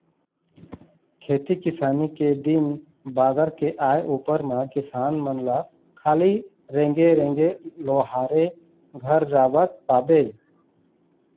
खेती किसानी के दिन बादर के आय उपर म किसान मन ल खाली रेंगे रेंगे लोहारे घर जावत पाबे